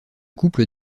couple